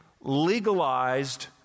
legalized